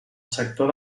sector